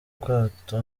bwato